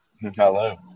Hello